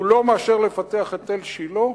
הוא לא מאשר לפתח את תל-שילה.